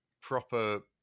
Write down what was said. proper